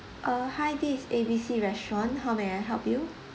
uh hi this is A B C restaurant how may I help you